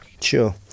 Sure